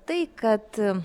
tai kad